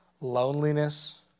loneliness